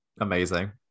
Amazing